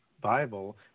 Bible